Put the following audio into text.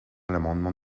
l’amendement